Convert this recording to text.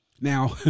Now